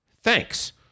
thanks